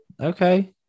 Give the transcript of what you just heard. Okay